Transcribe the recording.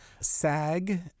SAG